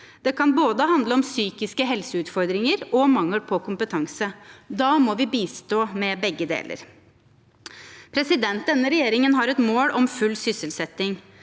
Det kan både handle om psykiske helseutfordringer og mangel på kompetanse. Da må vi bistå med begge deler. Denne regjeringen har et mål om full sysselsetting.